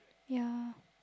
ya